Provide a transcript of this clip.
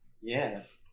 Yes